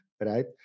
right